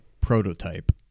prototype